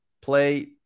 play